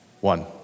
One